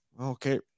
okay